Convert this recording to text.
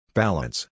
balance